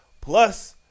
Plus